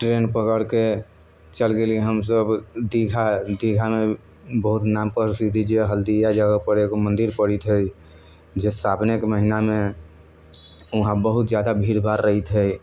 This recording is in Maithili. ट्रेन पकड़िके चलि गयली हमसभ दीघा दीघामे बहुत नाम प्रसिद्ध हइ जे हल्दिया जगहपर एगो मन्दिर पड़ैत हइ जे सावनेके महिनामे वहाँ बहुत ज्यादा भीड़भाड़ रहैत हइ